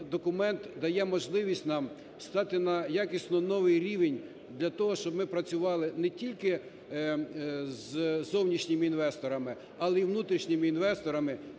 документ дає можливість нам стати на якісно новий рівень для того, щоб ми працювали не тільки з зовнішніми інвесторами, але і внутрішніми інвесторами